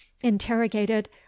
interrogated